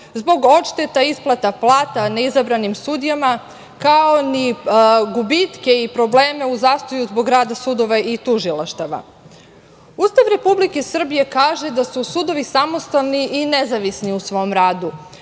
zbog odšteta isplata plata neizabranim sudijama, kao ni gubitke i probleme u zastoju zbog rada sudova i tužilaštava. Ustav Republike Srbije kaže da su sudovi samostalni i nezavisni u svom radu